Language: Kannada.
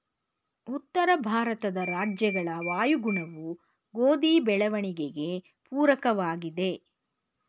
ಉತ್ತರ ಭಾರತದ ರಾಜ್ಯಗಳ ವಾಯುಗುಣವು ಗೋಧಿ ಬೆಳವಣಿಗೆಗೆ ಪೂರಕವಾಗಿದೆ,